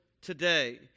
today